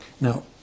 now